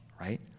right